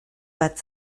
bat